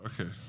Okay